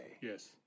Yes